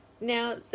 Now